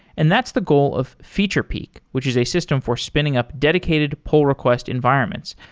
and that's the goal of featurepeek, which is a system for spinning up dedicated pull requests environments,